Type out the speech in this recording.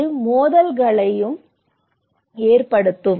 இது மோதல்களையும் ஏற்படுத்தும்